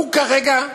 הוא כרגע,